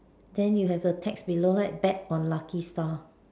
than you have the text below right tap on lucky star